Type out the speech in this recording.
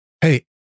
Hey